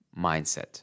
Mindset